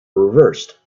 reversed